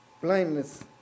blindness